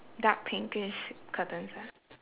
dark pinkish curtains ah